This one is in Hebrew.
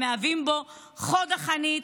מהווים בו חוד החנית,